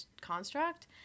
construct